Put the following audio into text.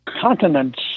Continents